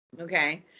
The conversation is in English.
Okay